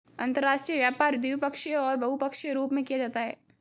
अंतर्राष्ट्रीय व्यापार द्विपक्षीय और बहुपक्षीय रूप में किया जाता है